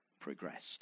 progressed